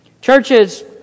Churches